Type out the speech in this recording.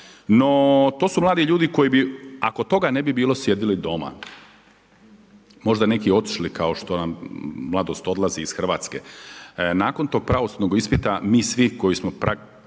No to su mladi ljudi koji bi, ako toga ne bi bilo sjedili doma. Možda neki otišli kao što nam mladost odlazi iz Hrvatske. Nakon tog pravosudnog ispita mi svi koji smo